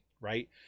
Right